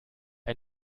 ein